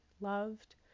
loved